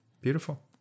Beautiful